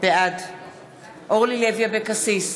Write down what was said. בעד אורלי לוי אבקסיס,